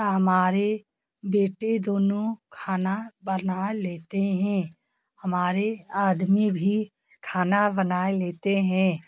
तो हमारे बेटे दोनों खाना बना लेते हैं हमारे आदमी भी खाना बना लेते हैं